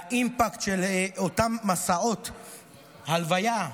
האימפקט של אותם מסעות הלוויה,